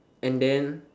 and then